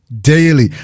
daily